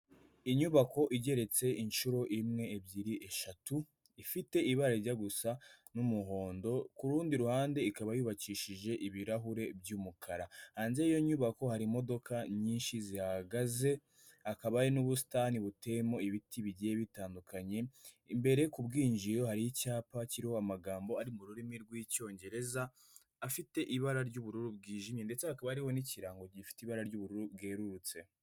Inyubako igeretse inshuro imwe, ebyiri, eshatu; ifite ibara rijya gusa n'umuhondo, ku rundi ruhande ikaba yubakishije ibirahure by'umukara. Hanze y'iyo nyubako hari imodoka nyinshi zihagaze, hakaba n'ubusitani buteyemo ibiti bigiye bitandukanye. Imbere ku bwinjiro hari icyapa kiriho amagambo ari mu rurimi rw'Icyongereza, afite ibara ry'ubururu bwijimye, ndetse hakaba hariho n'ikirango gifite ibara ry'ubururu bwerurutse.